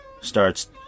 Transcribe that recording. starts